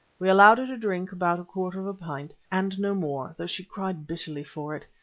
we allowed her to drink about a quarter of a pint, and no more, though she cried bitterly for it.